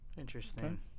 Interesting